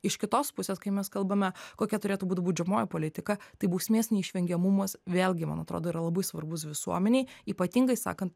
iš kitos pusės kai mes kalbame kokia turėtų būt baudžiamoji politika tai bausmės neišvengiamumas vėlgi man atrodo yra labai svarbus visuomenei ypatingai sakant